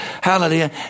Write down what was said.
hallelujah